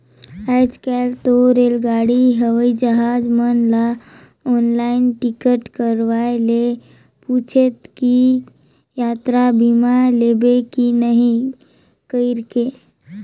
आयज कायल तो रेलगाड़ी हवई जहाज मन कर आनलाईन टिकट करवाये ले पूंछते कि यातरा बीमा लेबे की नही कइरके